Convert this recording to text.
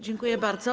Dziękuję bardzo.